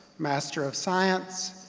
master of science,